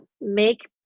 make